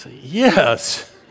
Yes